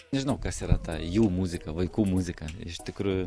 nežinau kas yra ta jų muzika vaikų muzika iš tikrųjų